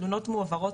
התלונות מועברות,